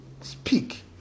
speak